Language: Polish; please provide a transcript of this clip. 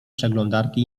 przeglądarki